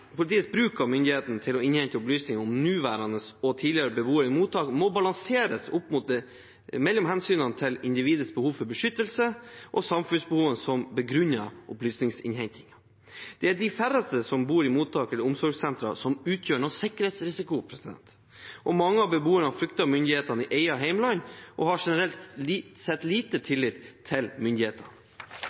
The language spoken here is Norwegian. bruk av myndigheten til å innhente opplysninger om nåværende og tidligere beboere i mottak må balanseres mellom hensynet til individets behov for beskyttelse og samfunnsbehovene som begrunner opplysningsinnhentingen. Det er de færreste som bor i mottak eller omsorgssentre, som utgjør noen sikkerhetsrisiko. Mange av beboerne frykter myndighetene i eget hjemland og har generelt sett liten tillit til myndighetene.